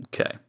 okay